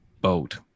boat